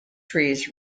trees